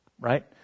right